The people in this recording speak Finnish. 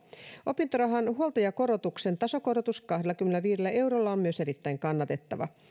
opintorahan huoltajakorotuksen tasokorotus kahdellakymmenelläviidellä eurolla on myös erittäin kannatettava